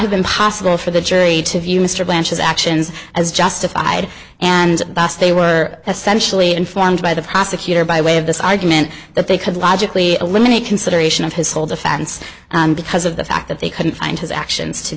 have been possible for the jury to view mr blanchard actions as justified and thus they were essentially informed by the prosecutor by way of this argument that they could logically eliminate consideration of his whole defense because of the fact that they couldn't find his actions to